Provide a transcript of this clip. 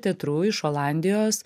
teatru iš olandijos